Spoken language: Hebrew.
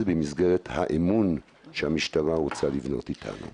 במסגרת האמון שהמשטרה רוצה לבנות איתנו.